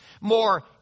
more